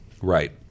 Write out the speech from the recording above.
Right